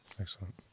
Excellent